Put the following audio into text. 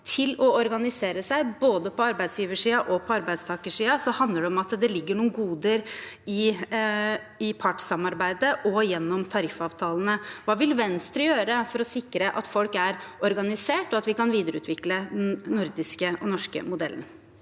til å organisere seg, både på arbeidsgiversiden og arbeidstakersiden, handler det om at det ligger noen goder i partssamarbeidet og gjennom tariffavtalene. Hva vil Venstre gjøre for å sikre at folk er organisert, og at vi kan videreutvikle den nordiske og norske modellen?